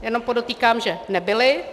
Jenom podotýkám, že nebyly.